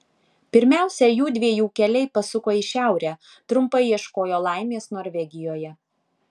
pirmiausia jųdviejų keliai pasuko į šiaurę trumpai ieškojo laimės norvegijoje